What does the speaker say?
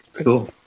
cool